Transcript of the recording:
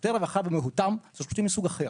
שירותי רווחה במהותם הם שירותים מסוג אחר,